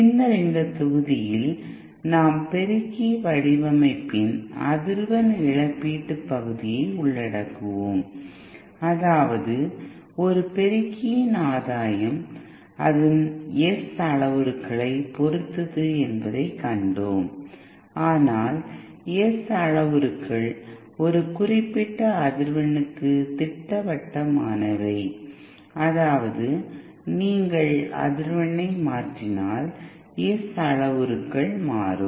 பின்னர் இந்த தொகுதியில் நாம் பெருக்கி வடிவமைப்பின் அதிர்வெண் இழப்பீட்டு பகுதியை உள்ளடக்குவோம் அதாவது ஒரு பெருக்கியின் ஆதாயம் அதன் S அளவுருக்களைப் பொறுத்தது என்பதைக் கண்டோம் ஆனால் S அளவுருக்கள் ஒரு குறிப்பிட்ட அதிர்வெண்ணிற்கு திட்டவட்டமானவை அதாவது நீங்கள் அதிர்வெண்ணை மாற்றினால் S அளவுருக்கள் மாறும்